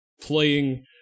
playing